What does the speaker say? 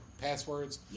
passwords